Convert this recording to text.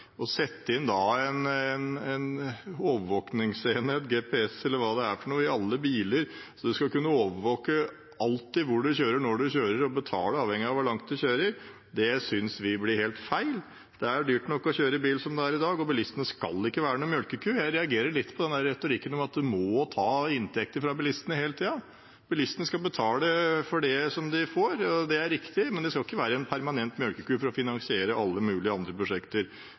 sette inn en overvåkingsenhet – GPS eller hva det måtte være – i alle biler, slik at man alltid skal kunne overvåke hvor og når man kjører, og måtte betale avhengig av hvor langt man kjører, synes vi blir helt feil. Det er dyrt nok som det er å kjøre bil i dag, og bilistene skal ikke være en melkeku. Jeg reagerer litt på den retorikken om at man må ta inntekter fra bilistene hele tiden. Bilistene skal betale for det de får – det er riktig – men de skal ikke være en permanent melkeku for å finansiere alle mulige andre prosjekter.